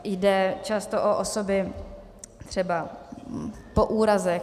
Jde často o osoby třeba po úrazech.